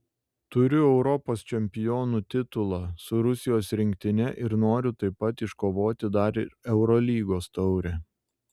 turiu europos čempionų titulą su rusijos rinktine ir noriu taip pat iškovoti dar ir eurolygos taurę